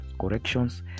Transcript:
corrections